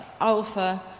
Alpha